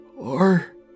Are